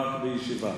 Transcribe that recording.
רק בישיבה.